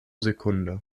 sekunde